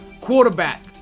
Quarterback